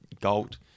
gold